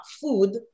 food